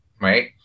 right